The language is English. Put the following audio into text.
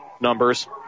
numbers